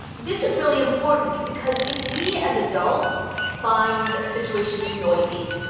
this is really important because if we as adults find a situation too noisy,